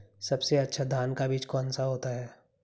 सबसे अच्छा धान का बीज कौन सा होता है?